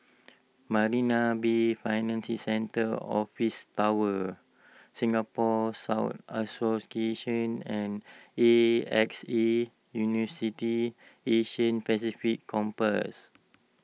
Marina Bay Financial Centre Office Tower Singapore Scout Association and A X A University Asia Pacific Campus